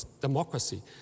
democracy